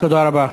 תודה רבה.